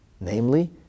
Namely